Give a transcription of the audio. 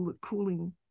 cooling